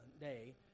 day